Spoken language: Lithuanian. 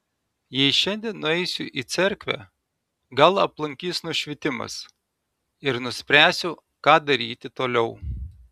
jei šiandien nueisiu į cerkvę gal aplankys nušvitimas ir nuspręsiu ką daryti toliau